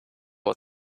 what